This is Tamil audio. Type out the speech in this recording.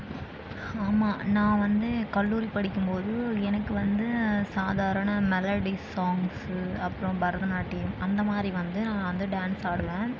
ஆமாம் நான் வந்து கல்லூரி படிக்கும் போது எனக்கு வந்து சாதாரண மெலடி சாங்ஸ்ஸு அப்புறம் பரதநாட்டியம் அந்த மாதிரி வந்து நான் வந்து டான்ஸ் ஆடுவேன்